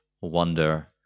wonder